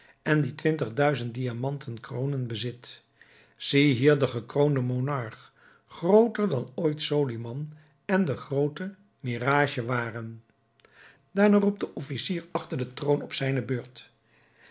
en die twintig duizend diamanten kroonen bezit zie hier den gekroonden monarch grooter dan ooit soliman en de groote mihrage waren daarna roept de officier achter den troon op zijne beurt